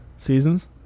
seasons